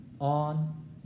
on